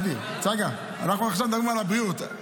צגה, אנחנו מדברים עכשיו על הבריאות.